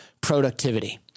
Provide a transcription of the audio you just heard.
productivity